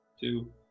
two